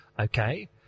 Okay